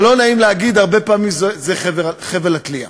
אבל לא נעים להגיד, הרבה פעמים זה חבל התלייה.